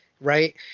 right